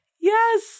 Yes